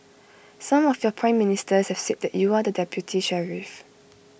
some of your Prime Ministers have said that you are the deputy sheriff